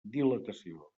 dilatació